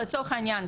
לצורך העניין,